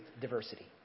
diversity